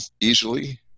easily